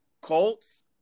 Colts